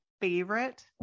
favorite